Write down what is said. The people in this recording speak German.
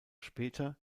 später